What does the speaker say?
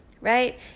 right